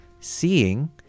Seeing